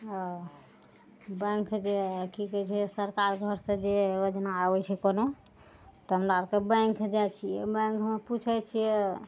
ओ bank जे की कहै छै सरकार घर से जे योजना आबै छै कोनो तऽ हमरा आरके बैंक जाइ छियै बैंकमे पुछै छियै